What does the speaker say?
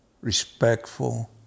Respectful